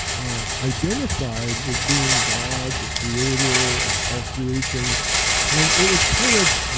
ah identified with being god, the creator, and all creations and it was kind of,